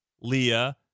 Leah